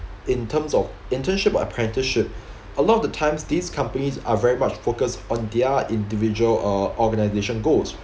in terms of internship or apprenticeship a lot of the times these companies are very much focused on their individual uh organisation goals